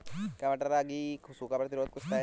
क्या मटर रागी की सूखा प्रतिरोध किश्त है?